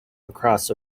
across